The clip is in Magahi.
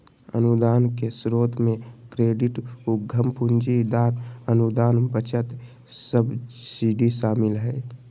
अनुदान के स्रोत मे क्रेडिट, उधम पूंजी, दान, अनुदान, बचत, सब्सिडी शामिल हय